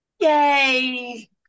Yay